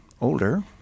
older